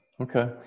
Okay